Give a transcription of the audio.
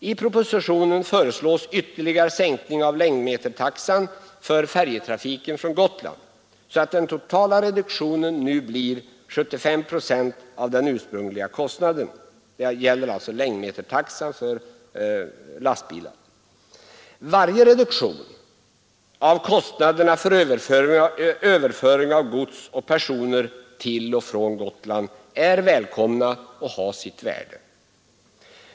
I propositionen föreslås ytterligare sänkning av längdmetertaxan för lastbilar för färjetrafiken från Gotland, så att den totala reduktionen nu blir 75 procent av den ursprungliga kostnaden. Varje reduktion av kostnaderna för överföring av gods och personer till och från Gotland är välkomna och har sitt värde.